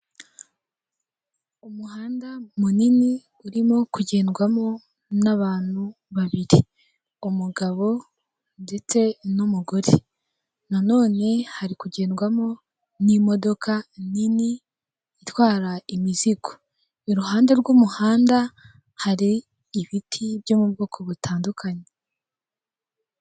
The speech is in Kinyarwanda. Umuhanda munini urimo kugendwamo n'abantu babiri, umugabo ndetse n'umugore. Nanone hari kugendwamo n'imodoka nini itwara imizigo. Iruhande rw'umuhanda hari ibiti byo mu bwoko butandukanye.